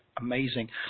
amazing